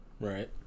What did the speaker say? Right